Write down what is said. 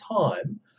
time